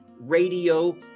radio